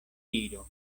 iru